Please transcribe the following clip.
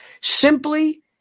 Simply